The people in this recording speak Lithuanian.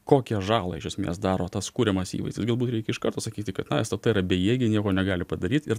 kokią žalą iš esmės daro tas kuriamas įvaizdis galbūt reikia iš karto sakyti kad na stt yra bejėgė ji nieko negali padaryt ir